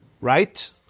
right